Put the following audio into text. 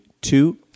two